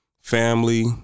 family